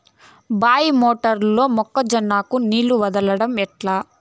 బాయి మోటారు లో మొక్క జొన్నకు నీళ్లు వదలడం ఎట్లా?